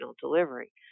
delivery